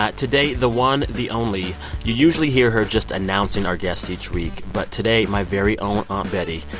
ah today, the one, the only you usually hear her just announcing our guests each week. but today, my very own aunt betty,